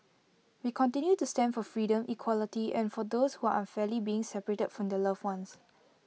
we continue to stand for freedom equality and for those who are unfairly being separated from their loved ones